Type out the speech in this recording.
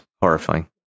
horrifying